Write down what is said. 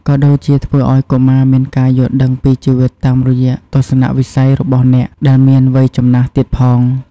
ក៏ដូចជាធ្វើឲ្យកុមារមានការយល់ដឹងពីជីវិតតាមរយៈទស្សនៈវិស័យរបស់អ្នកដែលមានវ័យចំណាស់ទៀតផង។